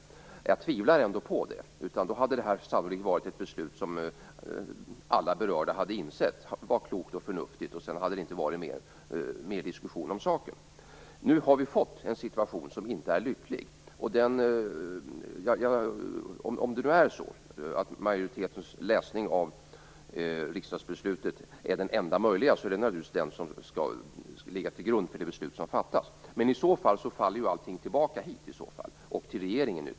Jag tvivlar på det. Då hade sannolikt alla berörda insett att beslutet var klokt och förnuftigt, och sedan hade det inte varit mer diskussion om saken. Nu har vi fått en situation som inte är lycklig. Om nu majoritetens läsning av riksdagsbeslutet är den enda möjliga, är det naturligtvis den som skall ligga till grund för det beslut som fattas. Men i så fall faller ju allting tillbaka på riksdagen och ytterst på regeringen.